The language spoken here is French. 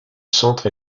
centre